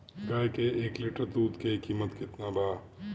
गाय के एक लिटर दूध के कीमत केतना बा?